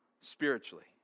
spiritually